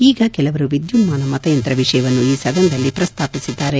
ಈಗ ಕೆಲವರು ವಿದ್ಯುನ್ನಾನ ಮತಯಂತ್ರ ವಿಷಯವನ್ನು ಈ ಸದನದಲ್ಲಿ ಪ್ರಸ್ತಾಪಿಸಿದ್ದಾರೆ